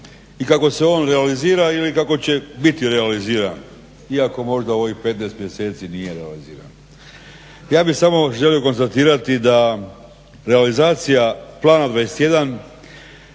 i kako se on realizira ili kako će biti realiziran iako možda u ovih 15 mjeseci nije realiziran. Ja bi samo želio konstatirati da realizacija Plana 21